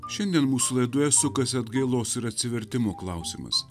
šiandien mūsų laidoje sukasi atgailos ir atsivertimo klausimas